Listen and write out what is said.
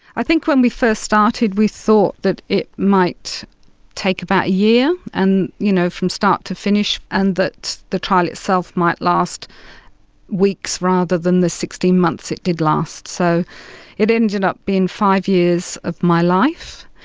i think when we first started, we thought that it might take about a year and you know from start to finish, and that the trial itself might last weeks rather than the sixteen months it did last. so it ended up being five years of my life,